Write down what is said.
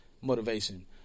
motivation